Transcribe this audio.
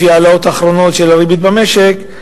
לפי ההעלאות האחרונות של הריבית במשק.